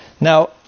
Now